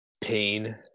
Pain